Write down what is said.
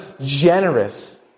generous